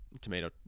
tomato